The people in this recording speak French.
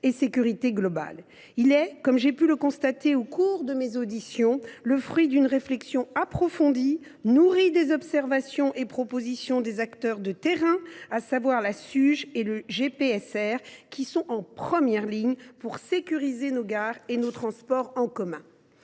globale. Comme j’ai pu le constater au fil des auditions que j’ai menées, elle est le fruit d’une réflexion approfondie, nourrie des observations et propositions des acteurs de terrain que sont la Suge et le GPSR, qui sont en première ligne pour sécuriser nos gares et nos transports en commun.